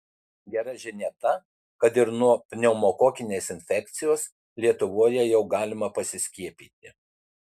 gera žinia ta kad ir nuo pneumokokinės infekcijos lietuvoje jau galima pasiskiepyti